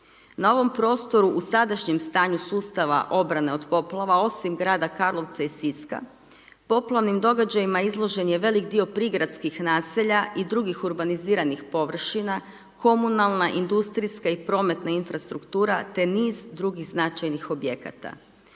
Na ovom prostoru u sadašnjem stanju sustava obrane od poplave, osim grada Karlovca i Siska, poplavnim događajima izložen je veliki dio prigradskih naselja i drugih urbaniziranih površina, komunalna, industrijska i prometna infrastruktura, te niz drugih značajnih objekata.